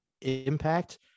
impact